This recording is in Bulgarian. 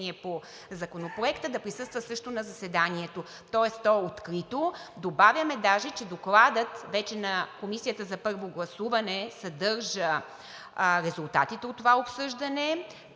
по законопроекта да присъства също на заседанието. Тоест то е открито. Добавяме даже, че докладът вече на комисията за първо гласуване съдържа резултатите от това обсъждане